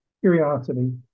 curiosity